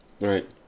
Right